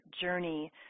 journey